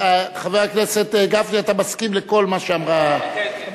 חבר הכנסת גפני, אתה מסכים לכל מה שאמרה, כן, כן.